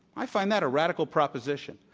i find that a radical proposition.